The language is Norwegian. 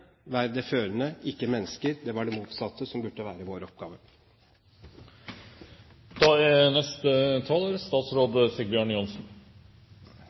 førende, ikke mennesker. Det var det motsatte som burde være vår oppgave. Jeg skjønner dem som sier at dette er